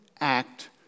act